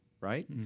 right